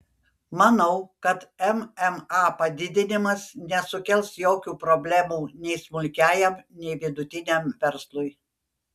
manau kad mma padidinimas nesukels jokių problemų nei smulkiajam nei vidutiniam verslui